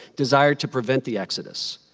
desired to prevent the exodus.